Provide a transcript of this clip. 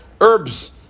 herbs